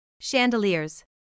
Chandeliers